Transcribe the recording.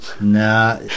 Nah